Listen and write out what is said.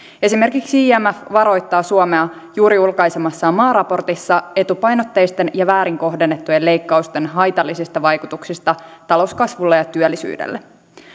esimerkiksi imf varoittaa suomea juuri julkaisemassaan maaraportissa etupainotteisten ja väärin kohdennettujen leikkausten haitallisista vaikutuksista talouskasvulle ja työllisyydelle